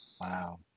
Wow